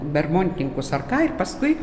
bermontininkus ar ką ir paskui